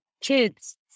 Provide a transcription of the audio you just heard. kids